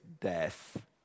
death